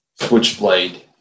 Switchblade